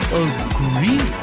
agree